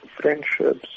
friendships